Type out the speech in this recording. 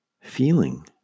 feeling